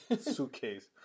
suitcase